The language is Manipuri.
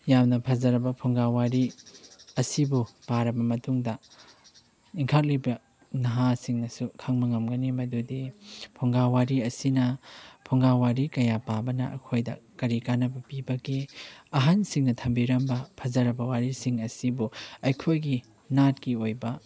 ꯌꯥꯝꯅ ꯐꯖꯕꯔ ꯐꯨꯡꯒꯥ ꯋꯥꯔꯤ ꯑꯁꯤꯕꯨ ꯄꯥꯔꯕ ꯃꯇꯨꯡꯗ ꯏꯟꯈꯠꯂꯛꯂꯤꯕ ꯅꯍꯥꯁꯤꯡꯅꯁꯨ ꯈꯪꯕ ꯉꯝꯒꯅꯤ ꯃꯗꯨꯗꯤ ꯐꯨꯡꯒꯥ ꯋꯥꯔꯤ ꯑꯁꯤꯅ ꯐꯨꯡꯒꯥ ꯋꯥꯔꯤ ꯀꯌꯥ ꯄꯥꯕꯅ ꯑꯩꯈꯣꯏꯗ ꯀꯔꯤ ꯀꯥꯟꯅꯕ ꯄꯤꯕꯒꯦ ꯑꯍꯟꯁꯤꯡꯅ ꯊꯝꯕꯤꯔꯝꯕ ꯐꯖꯔꯕ ꯋꯥꯔꯤꯁꯤꯡ ꯑꯁꯤꯕꯨ ꯑꯩꯈꯣꯏꯒꯤ ꯅꯥꯠꯀꯤ ꯑꯣꯏꯕ